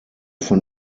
von